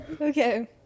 Okay